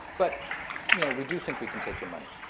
but you know we do think we can take your money.